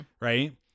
right